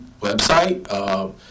website